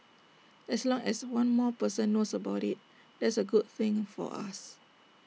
as long as one more person knows about IT that's A good thing for us